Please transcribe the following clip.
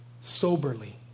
soberly